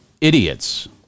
idiots